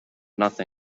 nothing